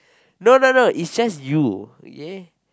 no no no it's just you okay